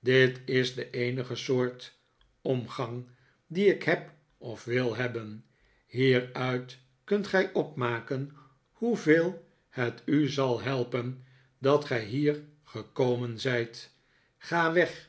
dit is de eenige soort omgang die ik heb of wil hebben hieruit kunt gij opmaken hoeveel het u zal helpen dat gij hier gekomen zijt ga weg